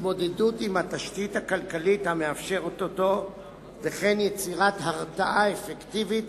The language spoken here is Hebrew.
התמודדות עם התשתית הכלכלית המאפשרת אותו וכן יצירת הרתעה אפקטיבית